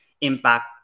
impact